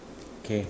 okay